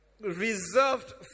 reserved